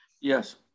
Yes